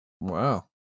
Wow